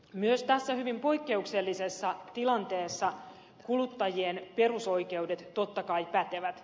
myös tässä hyvin poikkeuksellisessa tilanteessa kuluttajien perusoikeudet totta kai pätevät